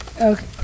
Okay